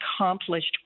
accomplished